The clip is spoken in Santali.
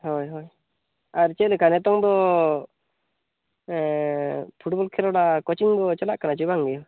ᱦᱳᱭ ᱦᱳᱭ ᱟᱨ ᱪᱮᱫ ᱞᱮᱠᱟ ᱱᱤᱛᱚᱝ ᱫᱚ ᱯᱷᱩᱴᱵᱚᱞ ᱠᱷᱮᱞ ᱵᱟᱲᱟ ᱠᱳᱪᱤᱝ ᱠᱚ ᱪᱟᱞᱟᱜ ᱠᱟᱱᱟ ᱥᱮ ᱵᱟᱝ ᱜᱮ